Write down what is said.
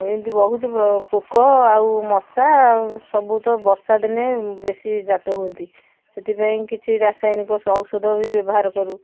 ଏମିତି ବହୁତ ପୋକ ଆଉ ମଶା ଆଉ ସବୁ ତ ବର୍ଷା ଦିନେ ବେଶୀ ଜାତ ହୁଅନ୍ତି ସେଥିପାଇଁ କିଛି ରାସାୟନିକ ଔଷଧ ବି ବ୍ୟବହାର କରୁ